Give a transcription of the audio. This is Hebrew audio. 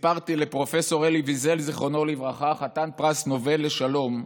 סיפרתי לפרופ' אלי ויזל ז"ל, חתן פרס נובל לשלום,